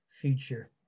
future